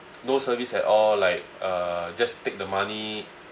no service at all like uh just take the money